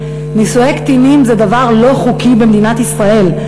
שנישואי קטינים זה דבר לא חוקי במדינת ישראל.